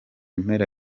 mpera